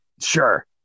Sure